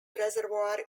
reservoir